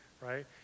right